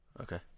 Okay